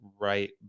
right